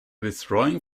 withdrawing